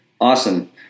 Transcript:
Awesome